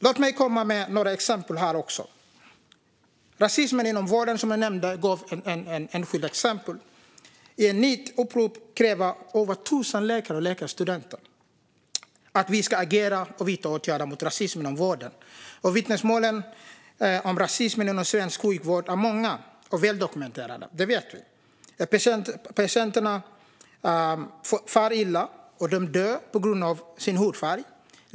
Låt mig komma med några exempel. När det gäller rasismen inom vården, som jag nämnde, gav jag ett enskilt exempel. I ett nytt upprop kräver över 1 000 läkare och läkarstudenter att vi ska agera och vidta åtgärder mot rasism inom vården. Vittnesmålen om rasismen inom svensk sjukvård är många och väldokumenterade; det vet vi. Patienterna far illa, och de dör på grund av sin hudfärg.